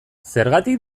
zergatik